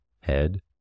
head